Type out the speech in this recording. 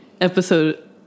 episode